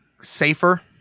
safer